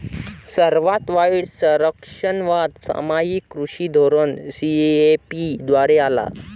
सर्वात वाईट संरक्षणवाद सामायिक कृषी धोरण सी.ए.पी द्वारे आला